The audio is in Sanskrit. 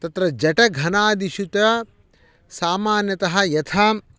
तत्र जटघनादिषु च सामान्यतः यथाम